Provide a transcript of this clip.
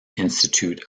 institute